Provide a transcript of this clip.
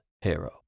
Hero